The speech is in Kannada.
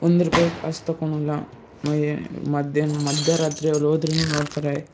ಒಂದು ರೂಪಾಯಿ ಕಾಸು ತಗೋಳಲ್ಲ ಮಯ್ ಮಧ್ಯಾಹ್ನ ಮಧ್ಯರಾತ್ರಿ ಅವ್ರು ಹೋದ್ರೂನೂ ನೋಡ್ತಾರೆ